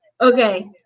Okay